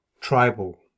tribal